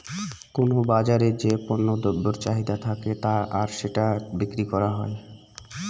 কোনো বাজারে যে পণ্য দ্রব্যের চাহিদা থাকে আর সেটা বিক্রি করা হয়